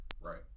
Right